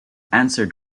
answered